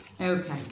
Okay